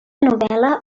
novel·la